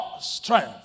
strength